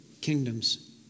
kingdoms